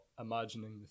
imagining